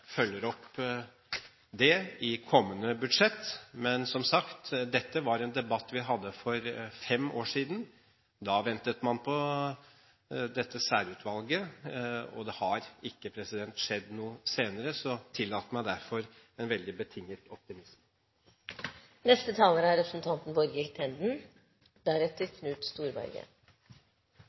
følger opp det i kommende budsjett, men som sagt: Dette var en debatt vi hadde for fem år siden. Da ventet man på dette særutvalget, og det har ikke skjedd noe senere, så tillat meg derfor en veldig betinget optimisme. Det er